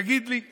תגיד לי,